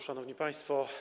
Szanowni Państwo!